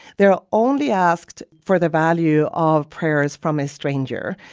they are only asked for the value of prayers from a stranger.